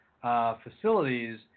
facilities